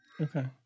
okay